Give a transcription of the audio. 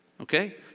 okay